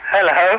Hello